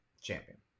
Champion